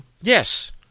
yes